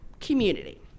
community